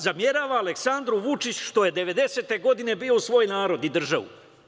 Zamera Aleksandru Vučiću što je 1990. godine bio uz svoj narod i državu.